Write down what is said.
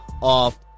off